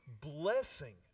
blessing